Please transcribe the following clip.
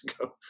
ago